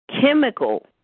chemical